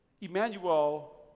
Emmanuel